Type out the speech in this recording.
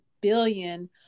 billion